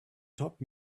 top